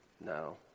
No